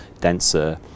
denser